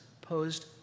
posed